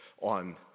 on